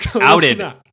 Outed